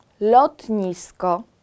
lotnisko